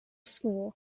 school